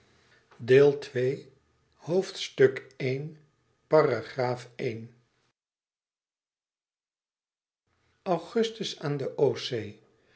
doen aan de